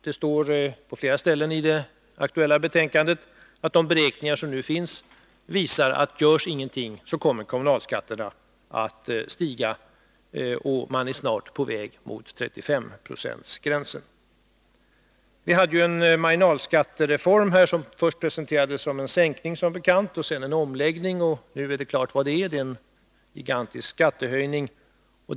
Det står på flera ställen i det aktuella betänkandet att de beräkningar som nu finns visar att kommunalskatterna, om ingenting görs, kommer att stiga och snart vara på väg mot 35 96. Det har fattats beslut om en marginalskattereform, som först som bekant presenterades som en skattesänkning och sedan som en skatteomläggning — nu står det klart vad det är: det är en gigantisk skattehöjning.